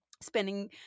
spending